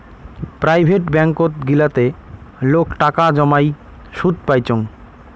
private ব্যাঙ্কত গিলাতে লোক টাকা জমাই সুদ পাইচুঙ